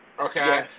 Okay